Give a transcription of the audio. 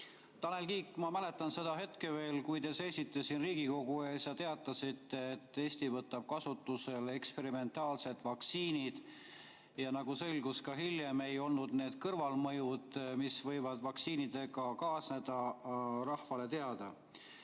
Tanel Kiik! Ma mäletan seda hetke veel, kui te seisite siin Riigikogu ees ja teatasite, et Eesti võtab kasutusele eksperimentaalsed vaktsiinid. Nagu hiljem selgus, ei olnud need kõrvalmõjud, mis võivad vaktsiinidega kaasneda, rahvale teada.